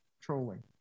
trolling